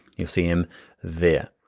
you see them there.